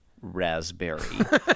raspberry